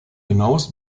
hinaus